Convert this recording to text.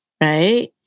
right